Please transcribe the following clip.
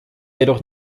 jedoch